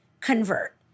convert